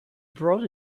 brought